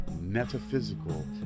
metaphysical